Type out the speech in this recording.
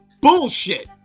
Bullshit